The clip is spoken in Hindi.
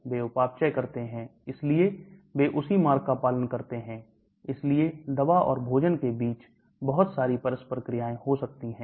वे उपापचय करते हैं इसीलिए वे उसी मार्ग का पालन करते हैं इसलिए दवा और भोजन के बीच बहुत सारी परस्पर क्रियाएं हो सकती हैं